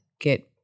get